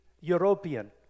European